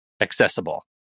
accessible